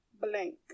blank